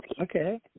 Okay